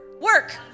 Work